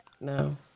No